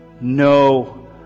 No